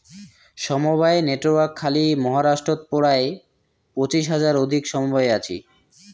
সমবায় নেটওয়ার্ক খালি মহারাষ্ট্রত পরায় পঁচিশ হাজার অধিক সমবায় আছি